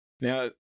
Now